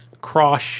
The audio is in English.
cross